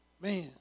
Man